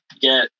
get